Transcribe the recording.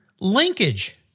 Linkage